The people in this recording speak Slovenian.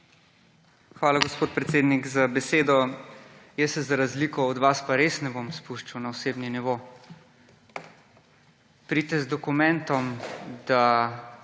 Hvala, gospod predsednik, za besedo. Za razliko od vas se pa res ne bom spuščal na osebni nivo. Pridite z dokumentom, da